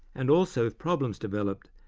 and also if problems developed,